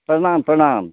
प्रणाम प्रणाम